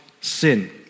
sin